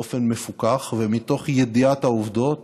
באופן מפוכח, ומתוך ידיעת העובדות